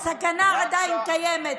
הסכנה עדיין קיימת.